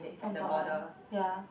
on top ah ya